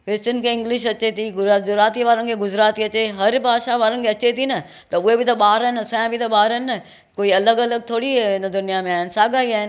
जे सिंध खे इंग्लिश अचे थी गुजराती वारनि खे गुजराती अचे हर भाषा वारनि खे अचे थी न त उहे बि त ॿार आहिनि असांजा बि त ॿार आहिनि न कोई अलॻि अलॻि थोरी ई हिन दुनिया में आयां आहिनि साॻा ई आहिनि